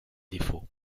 défauts